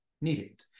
needed